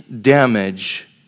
damage